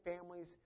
families